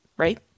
right